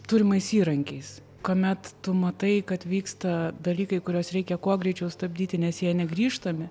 turimais įrankiais kuomet tu matai kad vyksta dalykai kuriuos reikia kuo greičiau stabdyti nes jei negrįžtami